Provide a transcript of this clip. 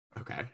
Okay